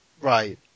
right